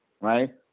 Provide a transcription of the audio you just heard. Right